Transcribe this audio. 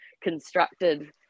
constructed